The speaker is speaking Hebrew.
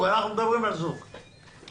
היא כנראה תשמח, למרות שהיא באופוזיציה,